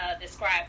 describe